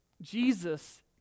Jesus